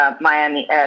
Miami